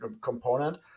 component